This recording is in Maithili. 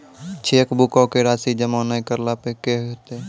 चेकबुको के राशि जमा नै करला पे कि होतै?